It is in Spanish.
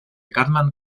cartman